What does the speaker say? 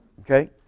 Okay